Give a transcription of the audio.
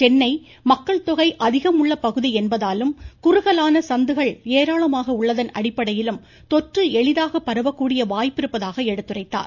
சென்னை மக்கள் தொகை அதிகம் உள்ள பகுதி என்பதாலும் குறுகலான சந்துகள் ஏராளமாக உள்ளதன் அடிப்படையிலும் தொற்று எளிதாக பரவக்கூடிய வாய்ப்பு இருப்பதாக எடுத்துரைத்தார்